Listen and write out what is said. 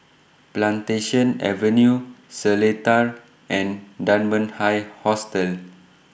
Plantation Avenue Seletar and Dunman High Hostel